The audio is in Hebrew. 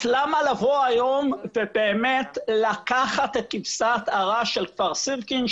אז למה לבוא היום ובאמת לקחת את כבשת הרש של כפר סירקין,